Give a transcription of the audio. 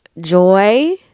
Joy